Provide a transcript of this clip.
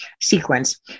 sequence